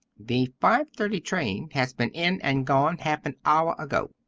the five-thirty train has been in and gone half an hour ago,